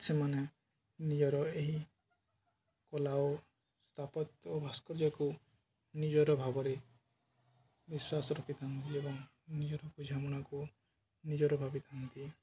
ସେମାନେ ନିଜର ଏହି କଳା ଓ ସ୍ଥାପତ୍ୟ ଓ ଭାସ୍କର୍ଯ୍ୟକୁ ନିଜର ଭାବରେ ବିଶ୍ୱାସ ରଖିଥାନ୍ତି ଏବଂ ନିଜର ବୁଝାମଣାକୁ ନିଜର ଭାବିଥାନ୍ତି